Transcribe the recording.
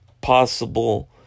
possible